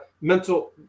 mental